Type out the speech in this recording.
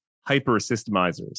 hyper-systemizers